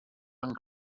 and